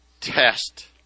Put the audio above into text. test